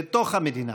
בתוך המדינה,